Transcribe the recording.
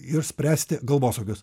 ir spręsti galvosūkius